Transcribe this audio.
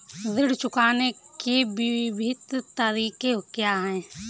ऋण चुकाने के विभिन्न तरीके क्या हैं?